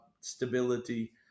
stability